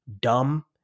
dumb